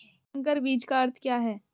संकर बीज का अर्थ क्या है?